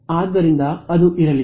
ಆದ್ದರಿಂದ ಅದು ಇರಲಿದೆ